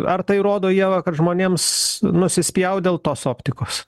ar tai rodo ieva kad žmonėms nusispjaut dėl tos optikos